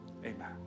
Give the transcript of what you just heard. Amen